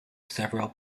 several